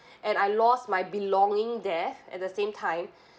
and I lost my belonging there at the same time